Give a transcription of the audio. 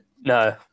No